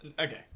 okay